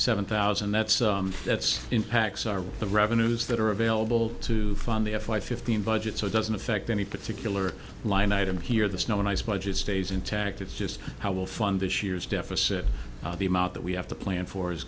seven thousand that's that's impacts are the revenues that are available to fund the f five fifteen budget so it doesn't affect any particular line item here the snow and ice budget stays intact it's just how will fund this year's deficit the amount that we have to plan for is